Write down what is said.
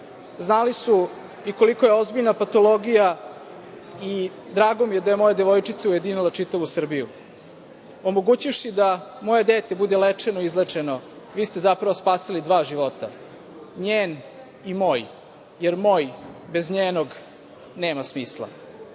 Znali su i koliko je ozbiljna patologija i drago mi je da je moja devojčica ujedinila čitavu Srbiju. Omogućivši da moje dete bude lečeno i izlečeno vi ste zapravo spasili dva života, njen i moj, jer moj bez njenog nema smisla.